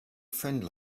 friend